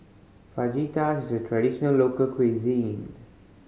fajitas is a traditional local cuisine